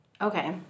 okay